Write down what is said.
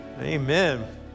Amen